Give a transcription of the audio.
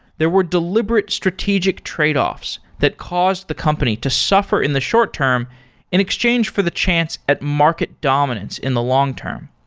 there were deliberate strategic tradeoffs that cause the company to suffer in the short term in exchange for the chance at market dominance in the long-term.